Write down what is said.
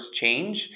change